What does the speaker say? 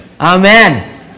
Amen